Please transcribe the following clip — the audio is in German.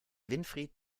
winfried